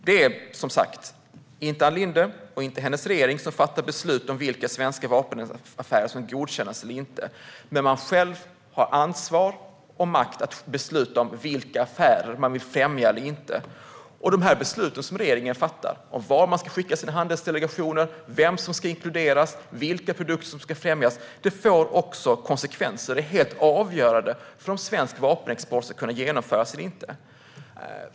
Det är, som sagt, inte Ann Linde och hennes regering som fattar beslut om vilka svenska vapenaffärer som ska godkännas eller inte. Men man har själv ansvar och makt att besluta om vilka affärer man vill främja eller inte. De beslut som regeringen fattar om var man ska skicka sina handelsdelegationer, vem som ska inkluderas och vilka produkter som ska främjas får också konsekvenser. Det är helt avgörande för om svensk vapenexport ska kunna genomföras eller inte.